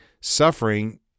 suffering